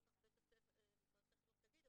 אחר כך מערכת החינוך תגיד.